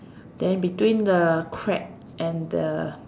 then between the crack and the